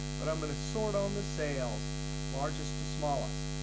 but i'm going to sort on the sales largest to smallest.